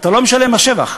אתה לא משלם מס שבח.